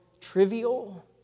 trivial